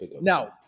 Now